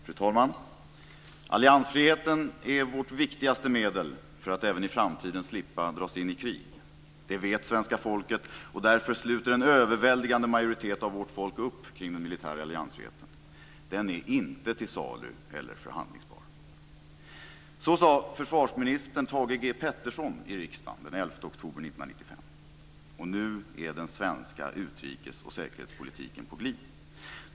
Fru talman! "Alliansfriheten är vårt viktigaste medel för att även i framtiden slippa dras in i ett krig. Det vet svenska folket, och därför sluter en överväldigande majoritet av vårt folk upp kring den militära alliansfriheten. Den är inte till salu eller förhandlingsbar." Så sade försvarsminister Thage G Peterson i riksdagen den 11 oktober 1995. Nu är den svenska utrikes och säkerhetspolitiken på glid.